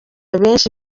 benshi